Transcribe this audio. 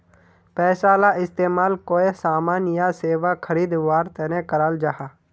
पैसाला इस्तेमाल कोए सामान या सेवा खरीद वार तने कराल जहा